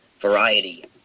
Variety